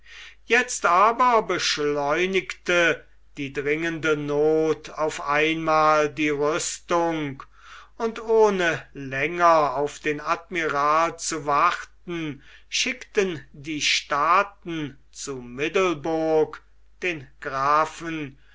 jetzt aber beschleunigte die dringende noth auf einmal die rüstung und ohne länger auf den admiral zu warten schickten die staaten zu middelburg den grafen